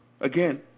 Again